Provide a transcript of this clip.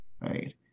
right